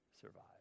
survive